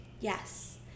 Yes